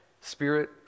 Spirit